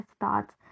thoughts